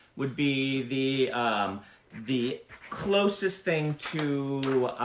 would be the um the closest thing to